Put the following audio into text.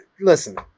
Listen